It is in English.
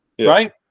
right